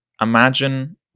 imagine